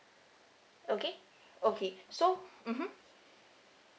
okay okay so mmhmm